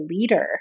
leader